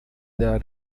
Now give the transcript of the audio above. della